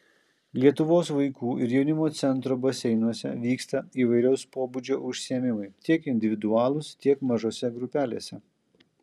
lietuvos vaikų ir jaunimo centro baseinuose vyksta įvairaus pobūdžio užsiėmimai tiek individualūs tiek mažose grupelėse